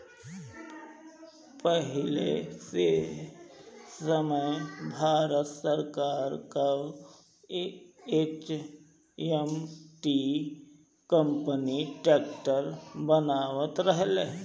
पहिले के समय भारत सरकार कअ एच.एम.टी कंपनी ट्रैक्टर बनावत रहे